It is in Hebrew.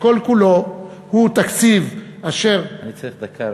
שכל-כולו תקציב אשר, אני צריך דקה.